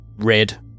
red